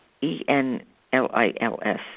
E-N-L-I-L-S